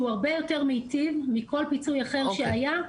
שהוא הרבה יותר מיטיב מכל פיצוי אחר שהיה,